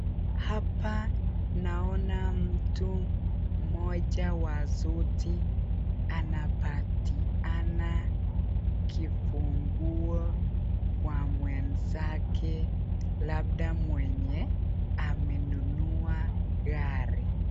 Hapa naona mtu mmoja wa suti anapatiana kifunguo kwa mwenzake labda mwenye amenunua gari.